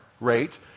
rate